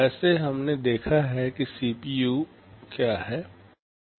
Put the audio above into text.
वैसे हमने देखा है कि सीपीयू क्या है